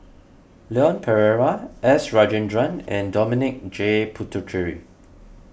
Leon Perera S Rajendran and Dominic J Puthucheary